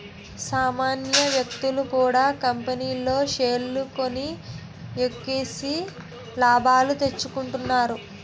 సామాన్య వ్యక్తులు కూడా కంపెనీల్లో షేర్లు కొని ఎక్కువేసి లాభాలు తెచ్చుకుంటున్నారు